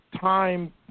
time